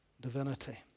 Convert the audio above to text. divinity